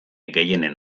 gehienen